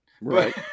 right